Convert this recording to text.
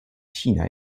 china